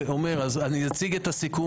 אציג פה את הסיכום,